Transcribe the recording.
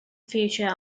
future